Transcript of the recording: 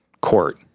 court